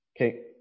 Okay